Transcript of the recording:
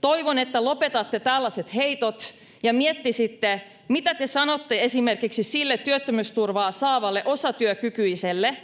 Toivon, että lopetatte tällaiset heitot ja miettisitte, mitä te sanotte esimerkiksi sille työttömyysturvaa saavalle osatyökykyiselle,